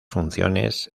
funciones